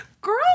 girl